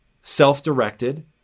self-directed